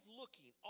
looking